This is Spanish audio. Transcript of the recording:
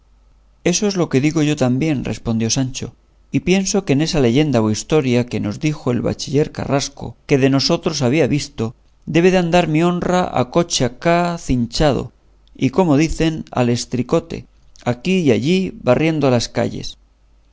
eso es lo que yo digo también respondió sancho y pienso que en esa leyenda o historia que nos dijo el bachiller carrasco que de nosotros había visto debe de andar mi honra a coche acá cinchado y como dicen al estricote aquí y allí barriendo las calles